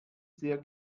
sehr